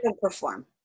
Perform